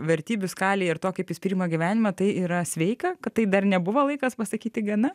vertybių skalė ir to kaip jis priima gyvenimą tai yra sveika kad tai dar nebuvo laikas pasakyti gana